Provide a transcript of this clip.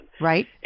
Right